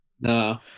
No